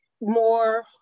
more